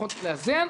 לפחות לאזן,